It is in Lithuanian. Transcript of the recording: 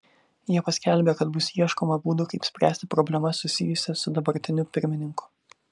jie paskelbė kad bus ieškoma būdų kaip spręsti problemas susijusias su dabartiniu pirmininku